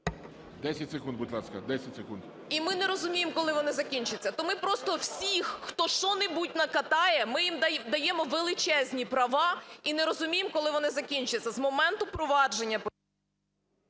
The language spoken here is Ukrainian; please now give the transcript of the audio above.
10 секунд, будь ласка. 10 секунд. СЮМАР В.П. І ми не розуміємо, коли вони закінчаться. То ми просто всіх, хто що-небудь накатає, ми їм даємо величезні права і не розуміємо, коли вони закінчаться.